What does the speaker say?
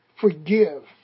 forgive